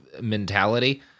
mentality